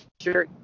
sure